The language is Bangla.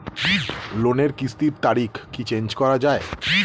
লোনের কিস্তির তারিখ কি চেঞ্জ করা যায়?